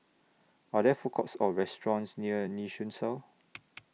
Are There Food Courts Or restaurants near Nee Soon South